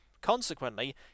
Consequently